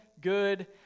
good